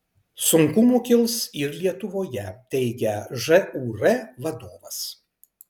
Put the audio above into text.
sunkumų kils ir lietuvoje teigia žūr vadovas